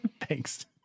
Thanks